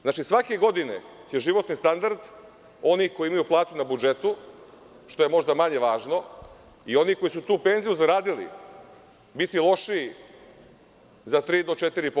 Znači, svake godine će životni standard onih koji imaju platu na budžetu, što je možda manje važno, i oni koji su tu penziju zaradili, biti lošiji za 3% do 4%